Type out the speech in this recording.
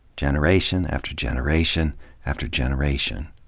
generation after generation after generation.